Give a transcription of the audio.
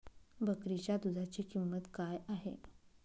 बकरीच्या दूधाची किंमत काय आहे?